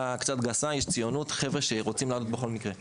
קצת גסה יש ציונות וחבר'ה שרוצים לעלות בכל מקרה.